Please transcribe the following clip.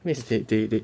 where's they they they